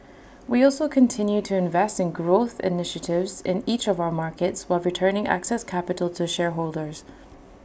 we also continued to invest in growth initiatives in each of our markets while returning excess capital to shareholders